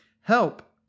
Help